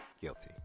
guilty